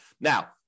Now